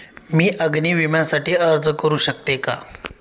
मी अग्नी विम्यासाठी अर्ज करू शकते का?